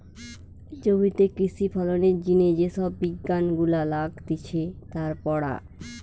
জমিতে কৃষি ফলনের জিনে যে সব বিজ্ঞান গুলা লাগতিছে তার পড়া